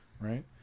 Right